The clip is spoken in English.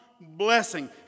blessing